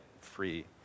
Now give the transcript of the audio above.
free